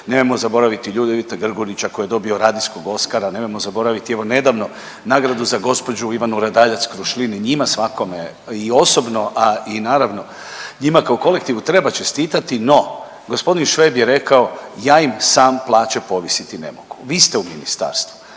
Nemojmo zaboraviti Ljudevita Grgurića koji je dobio radijskog Oskara, nemojmo zaboraviti evo nedavno nagradu za gospođu Ivanu Radaljac Krušlin i njima svakome i osobno, a i naravno njima kao kolektivu treba čestitati. No, gospodin Šveb je rekao ja im sam plaće povisiti ne mogu. Vi ste u ministarstvu